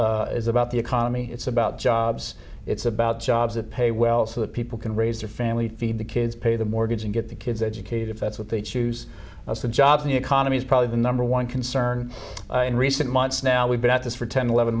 is is about the economy it's about jobs it's about job that pay well so that people can raise their family feed the kids pay the mortgage and get the kids educated if that's what they choose that's the job the economy's probably the number one concern in recent months now we've been at this for ten eleven